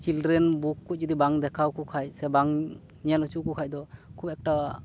children book ᱠᱚ ᱵᱟᱝ ᱫᱮᱠᱷᱟᱣ ᱟᱠᱚ ᱠᱷᱟᱱ ᱥᱮ ᱵᱟᱝ ᱧᱮᱞ ᱚᱪᱚ ᱟᱠᱚᱠᱷᱟᱡ ᱫᱚ ᱠᱷᱩᱵ ᱮᱠᱴᱟ